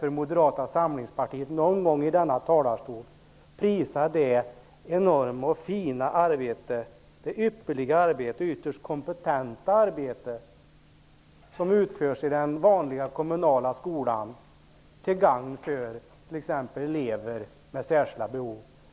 Det vore också bra att någon gång i denna talarstol få höra en företrädare för Moderata samlingspartiet prisa det enorma, fina, ypperliga och ytterst kompetenta arbete som utförs i den vanliga kommunala skolan till gagn för t.ex. elever med särskilda behov.